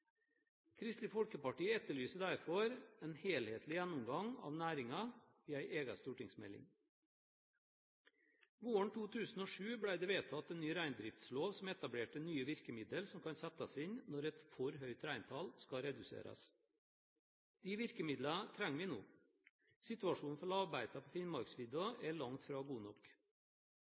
Kristelig Folkeparti etterlyser derfor en helhetlig gjennomgang av næringen i en egen stortingsmelding. Våren 2007 ble det vedtatt en ny reindriftslov som etablerte nye virkemidler som kan settes inn når et for høyt reintall skal reduseres. De virkemidlene trenger vi nå. Situasjonen for lavbeitene på Finnmarksvidda er langt fra god nok.